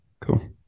cool